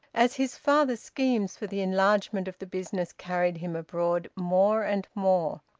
as his father's schemes for the enlargement of the business carried him abroad more and more.